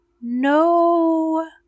No